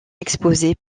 exposé